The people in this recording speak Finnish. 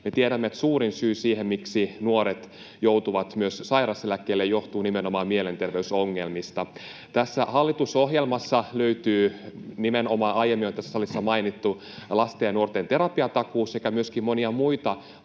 Me tiedämme, että suurin syy siihen, miksi nuoret joutuvat myös sairauseläkkeelle, ovat nimenomaan mielenterveysongelmat. [Li Anderssonin välihuuto] Tästä hallitusohjelmasta löytyy nimenomaan jo aiemmin tässä salissa mainittu lasten ja nuorten terapiatakuu sekä myöskin monia muita hankkeita